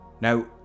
Now